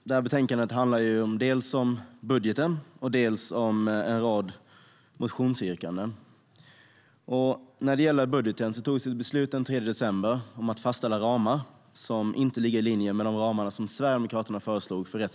Herr talman! Detta betänkande handlar dels om budgeten, dels om en rad motionsyrkanden. Vad gäller budgeten togs ett beslut den 3 december om att fastställa ramar för rättsväsendet som inte ligger i linje med de ramar som Sverigedemokraterna föreslog.